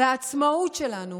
על העצמאות שלנו,